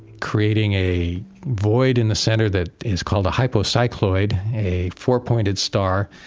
creating a void in the center that is called a hypocycloid, a four-pointed star.